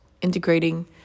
integrating